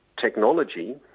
technology